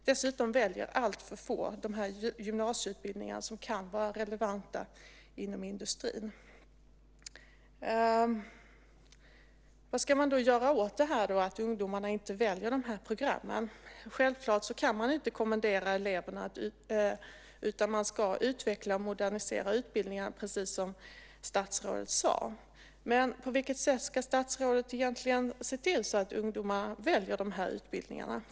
Dessutom väljer alltför få de gymnasieutbildningar som kan vara relevanta inom industrin. Vad ska man då göra åt att ungdomarna inte väljer de här programmen? Självklart kan man inte kommendera eleverna, utan man ska utveckla och modernisera utbildningen, precis som statsrådet sade. Men på vilket sätt ska statsrådet egentligen se till så att ungdomar väljer de här utbildningarna?